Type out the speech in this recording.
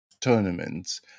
tournaments